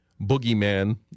boogeyman